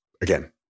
again